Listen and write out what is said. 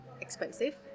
expensive